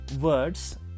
words